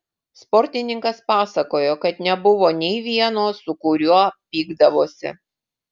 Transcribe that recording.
sportininkas pasakojo kad nebuvo nei vieno su kuriuo pykdavosi